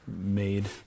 made